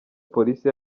polisi